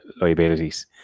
liabilities